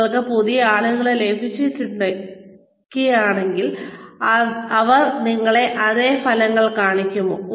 നിങ്ങൾക്ക് പുതിയ ആളുകളെ ലഭിക്കുകയാണെങ്കിൽ അവർ നിങ്ങളെ അതേ ഫലങ്ങൾ കാണിക്കുമോ